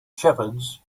shepherds